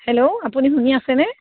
hello আপুনি শুনি আছেনে